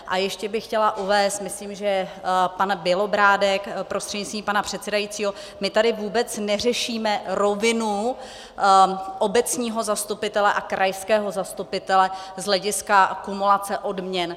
A ještě bych chtěla uvést, myslím, že pan Bělobrádek prostřednictvím pana předsedajícího, my tady vůbec neřešíme rovinu obecního zastupitele a krajského zastupitele z hlediska kumulace odměn.